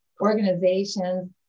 organizations